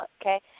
okay